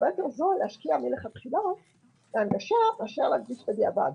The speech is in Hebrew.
עדיף להשקיע מלכתחילה בהנגשה מאשר להנגיש בדיעבד.